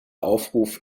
aufruf